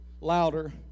louder